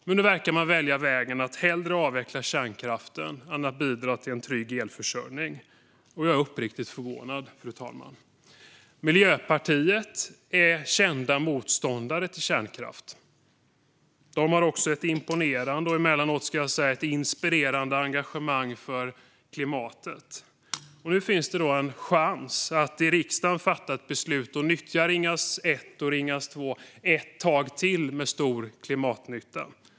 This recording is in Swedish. Men nu verkar de välja vägen att hellre avveckla kärnkraften än att bidra till en trygg elförsörjning. Jag är uppriktigt förvånad, fru talman. Miljöpartiet är känd motståndare till kärnkraft. Partiet har också ett imponerande och emellanåt inspirerande engagemang för klimatet. Nu finns en chans att i riksdagen fatta beslut om att nyttja Ringhals 1 och 2 ett tag till med stor klimatnytta.